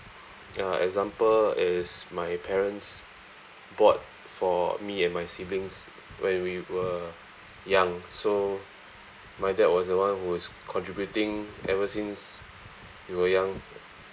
ya example is my parents bought for me and my siblings when we were young so my dad was the one who is contributing ever since we were young